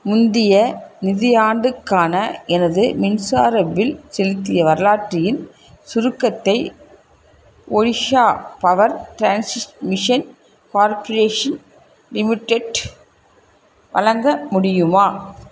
முந்திய நிதி ஆண்டுக்கான எனது மின்சார பில் செலுத்திய வரலாற்றின் சுருக்கத்தை Odisha power transmission corporation limited வழங்க முடியுமா